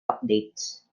updates